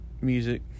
Music